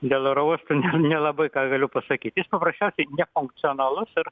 dėl oro uosto nelabai ką galiu pasakyt jis paprasčiausiai nefunkcionalus ir